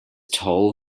toll